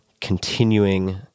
continuing